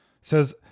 says